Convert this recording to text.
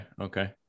okay